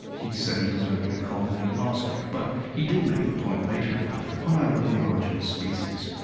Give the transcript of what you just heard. he'd said he deserved to be called an agnostic. but he did make the point later in life that, when i wrote the origin of species,